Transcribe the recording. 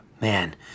man